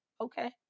okay